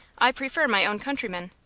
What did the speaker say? i prefer my own countrymen.